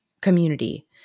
community